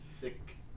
thick